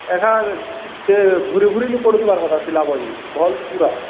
ଏକା ସେ ଭୁରି ଭୁରି ମୁଁ ପଡ଼ୁଥିବାର କଥା ସିଲାବ ବୋଲି ଭଲ୍ ପୁରା